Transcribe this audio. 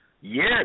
Yes